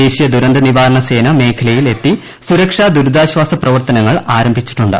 ദേശീയ ദൂരന്ത നിവാരണ സേന മേഖലയിൽ എത്തി സുരക്ഷാ ദുരിതാശ്വാസ പ്രവർത്തനങ്ങൾ ആരംഭിച്ചിട്ടുണ്ട്